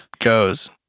goes